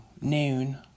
Noon